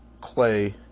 clay